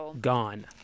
gone